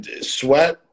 sweat